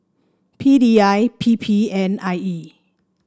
P D I P P and I E